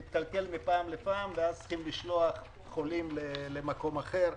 הוא מתקלקל מפעם לפעם ואז צריך לשלוח חולים למקום אחר.